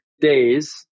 days—